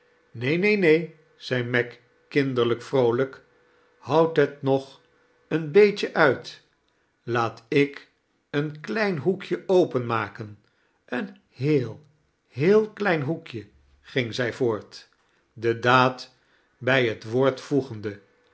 neen neen neen zei meg kinderlijk vroolijk houd het nog een beetje uit laat ik een klein hoekje open maken een heel heel klein hoekje ging zij voort de daad bij het woord voegende